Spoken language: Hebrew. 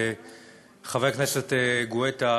חבר הכנסת גואטה,